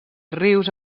rius